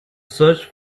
search